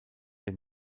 der